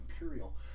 Imperial